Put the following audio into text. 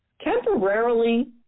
temporarily